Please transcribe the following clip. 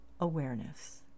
Awareness